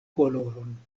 koloron